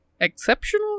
exceptional